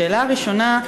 השאלה הראשונה,